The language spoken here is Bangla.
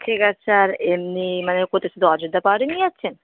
ঠিক আছে আর এমনি মানে ওদের শুধু অযোধ্যা পাহাড়ই নিয়ে যাচ্ছেন